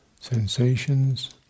Sensations